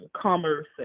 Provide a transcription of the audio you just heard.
commerce